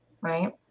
Right